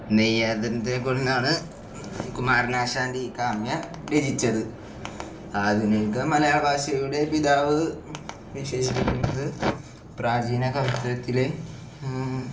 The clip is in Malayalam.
നെയ്യാതനത്തെ കൊണ്ടാണ് കുമാരനാശാൻ്റെ ഈ കാവ്യം രചിച്ചത് ആധുനിക മലയാളഭാഷയുടെ പിതാവ് വിശേഷിപ്പിക്കുന്നത് പ്രാചീന കവിത്രയത്തിലെ